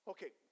Okay